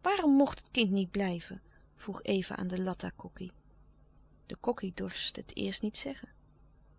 waarom mocht het kind niet blijven vroeg eva aan de latta kokkie de kokkie dorst eerst niet zeggen